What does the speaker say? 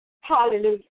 Hallelujah